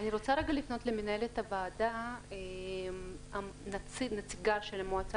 אני רוצה לפנות למנהלת הוועדה נציגה של המועצה